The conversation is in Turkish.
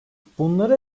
bunlara